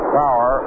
power